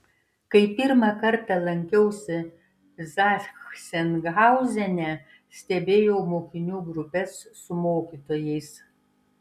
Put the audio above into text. kai pirmą kartą lankiausi zachsenhauzene stebėjau mokinių grupes su mokytojais